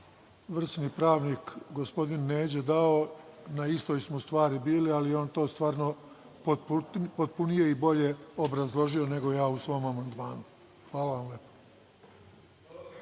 vrsni pravnim gospodin Neđo dao, na istoj smo stvari bili, ali on je to stvarno potpunije i bolje obrazložio nego ja u svom amandmanu. Hvala lepo.